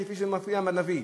כפי שמופיע בנביא.